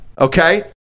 okay